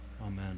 Amen